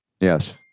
Yes